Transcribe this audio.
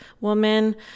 woman